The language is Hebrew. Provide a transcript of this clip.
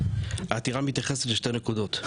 העתירה מתייחסת לשתי נקודות.